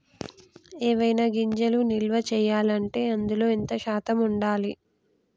ఏవైనా గింజలు నిల్వ చేయాలంటే అందులో ఎంత శాతం ఉండాలి?